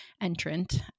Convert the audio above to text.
entrant